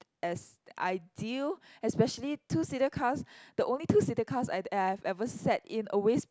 as ideal especially two seater cars the only two seater cars I I have ever sat in always